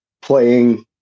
playing